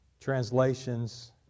translations